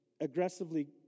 aggressively